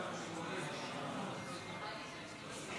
תודה